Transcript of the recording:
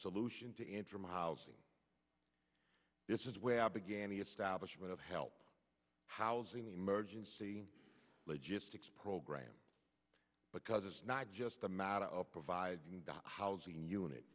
solution to interim housing this is where i began the establishment of help housing the emergency logistics program because it's not just a matter of providing housing unit